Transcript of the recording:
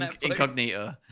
Incognito